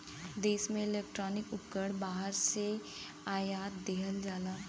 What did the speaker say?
देश में इलेक्ट्रॉनिक उपकरण बाहर से आयात किहल जाला